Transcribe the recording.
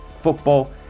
football